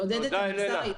לעודד את המגזר העסקי.